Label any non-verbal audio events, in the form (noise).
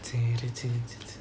(noise)